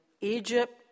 Egypt